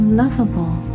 lovable